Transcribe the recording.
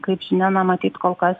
kaip žinia na matyt kol kas